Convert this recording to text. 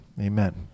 Amen